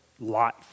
life